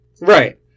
Right